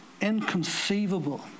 inconceivable